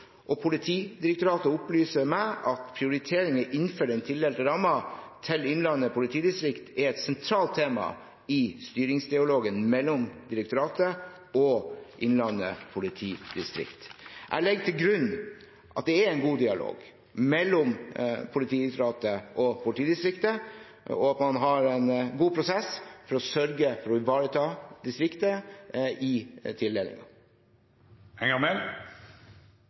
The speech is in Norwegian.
og Politidirektoratet opplyser meg at prioriteringer innenfor den tildelte rammen til Innlandet politidistrikt er et sentralt tema i styringsdialogen mellom direktoratet og Innlandet politidistrikt. Jeg legger til grunn at det er en god dialog mellom Politidirektoratet og politidistriktet, og at man har en god prosess for å sørge for å ivareta distriktet i